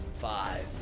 Five